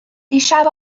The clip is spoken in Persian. دیشب